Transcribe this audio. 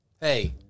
hey